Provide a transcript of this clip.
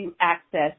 access